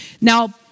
Now